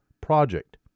project